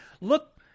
Look